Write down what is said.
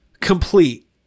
Complete